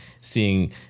seeing